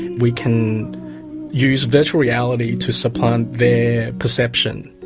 we can use virtual reality to supplant their perception,